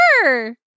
Sure